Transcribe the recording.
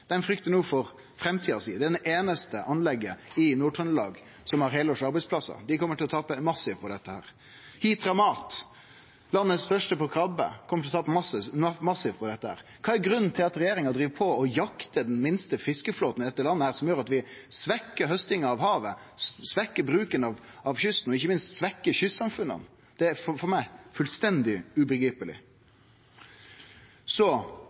den trønderske fiskeflåten er under ti meter, difor er dei heilt avhengige av føringstilskot for å få frakta råstoffet sitt til anlegga. Rørvik Fisk fryktar no for framtida si, det einaste anlegget i Nord-Trøndelag som har heilårs arbeidsplassar. Dei kjem til å tape massivt på dette. Hitramat, landets største på krabbe, kjem til å tape massivt på dette. Kva er grunnen til at regjeringa driv på og jaktar den minste fiskeflåten i dette landet? Det gjer at vi svekkjer haustinga av havet, svekkjer bruken av kysten og ikkje minst svekkjer kystsamfunna.